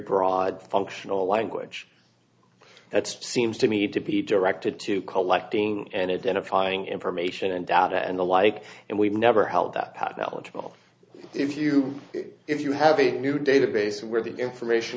broad functional language that seems to me to be directed to collecting and it in applying information and data and the like and we've never held that acknowledgement if you if you have a new database where the information